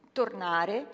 tornare